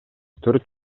төрт